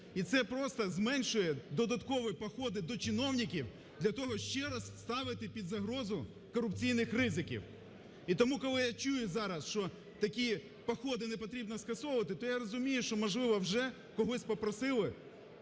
і це просто зменшує додаткові походи до чиновників для того ще раз ставити під загрозу корупційних ризиків. І тому коли я чую зараз, що такі походи не потрібно скасовувати, то я розумію, що, можливо, вже когось попросили,